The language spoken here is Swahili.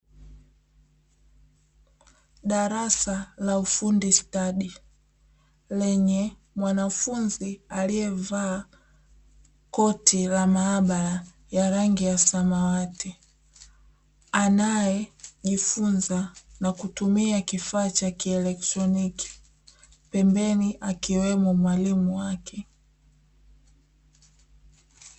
Darasa la ufundi stadi lenye mwanafunzi aliyevaa koti la maabara ya rangi ya samawati anayejifunza na kutumia kifaa cha kielektroniki pembeni akiwemo mwalimu wake.